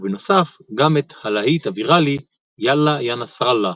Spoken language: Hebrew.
ובנוסף גם את הלהיט הוויראלי "יאללה יא נסראללה"